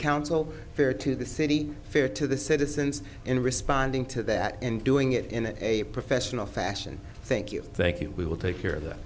council fair to the city fair to the citizens in responding to that and doing it in a professional fashion thank you thank you we will take care of that